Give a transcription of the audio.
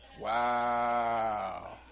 Wow